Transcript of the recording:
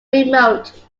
remote